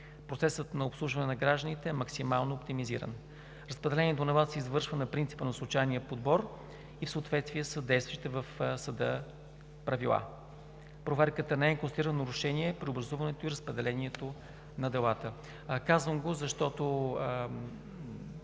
Процесът на обслужване на гражданите е максимално оптимизиран. Разпределението на делата се извършва на принципа на случайния подбор и в съответствие с действащите в съда правила. Не е констатирала нарушение при образуването и разпределението на делата. Казвам го, защото